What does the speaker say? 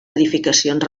edificacions